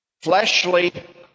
fleshly